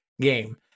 game